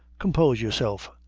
compose yourself,